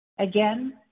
Again